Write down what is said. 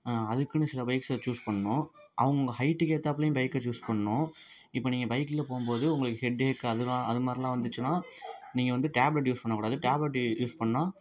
அதுக்குன்னு சில பைக்ஸை சூஸ் பண்ணணும் அவங்கவுங்க ஹைட்டுக்கு ஏற்றாப்புலையும் பைக்கை சூஸ் பண்ணணும் இப்போ நீங்கள் பைக்கில் போகும்போது உங்களுக்கு ஹெட் ஏக் அதெலாம் அது மாதிரிலாம் வந்துச்சுன்னா நீங்கள் வந்து டேப்லெட் யூஸ் பண்ணக்கூடாது டேப்லெட் யூ யூஸ் பண்ணிணா